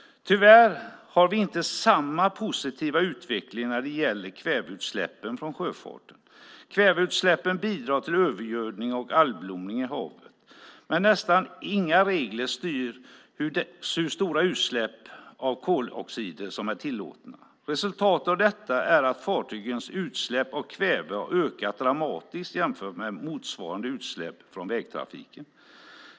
Vi har tyvärr inte samma positiva utveckling när det gäller kväveutsläppen från sjöfarten. Kväveutsläppen bidrar till övergödning och algblomning i havet. Nästan inga regler styr hur stora utsläpp av koloxid som är tillåtna. Resultatet av det är att fartygens utsläpp av kväve har ökat dramatiskt jämfört med motsvarande utsläpp från vägtrafiken.